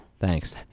Thanks